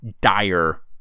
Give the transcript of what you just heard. dire